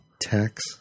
Tax